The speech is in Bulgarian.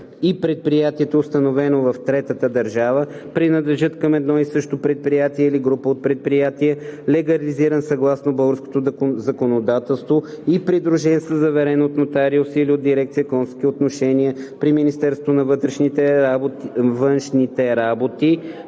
и предприятието, установено в третата държава, принадлежат към едно и също предприятие или група предприятия, легализиран съгласно българското законодателство и придружен със заверен от нотариус или от дирекция „Консулски отношения“ при Министерството на външните работи